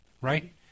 right